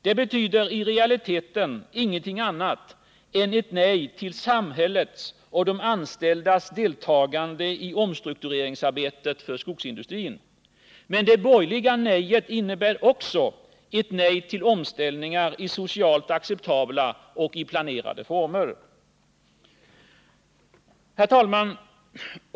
Den betyder i realiteten ingenting annat än ett nej till samhällets och de anställdas deltagande i omstruktureringsarbetet för skogsindustrin. Men det borgerliga nejet innebär också ett nej till omställningar i socialt acceptabla och i planerade former. Herr talman!